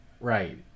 Right